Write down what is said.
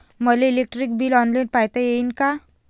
मले electric bill online पायता येईन का?